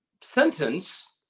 sentence